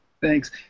thanks